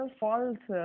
false